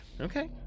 Okay